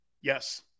yes